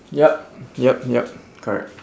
yup yup yup correct